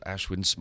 Ashwin